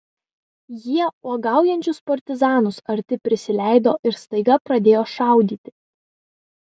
jie uogaujančius partizanus arti prisileido ir staiga pradėjo šaudyti